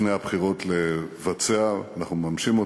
לפני הבחירות לבצע, ואנחנו מממשים אותה,